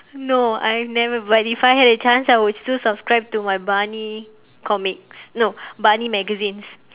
no I've never but if I had a chance I would still subscribe to my barney comics no barney magazines